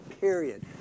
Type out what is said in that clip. period